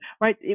right